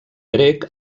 grec